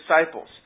disciples